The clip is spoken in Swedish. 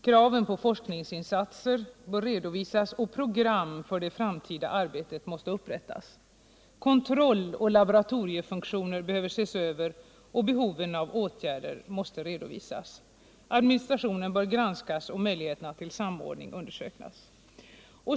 Kraven på forskningsinsatser bör redovisas och program för det framtida arbetet måste upprättas. Kontrolloch laboratoriefunktioner bör ses över och behoven av åtgärder måste redovisas. Administrationen bör granskas och möjligheterna till samordning undersökas.